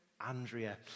Andrea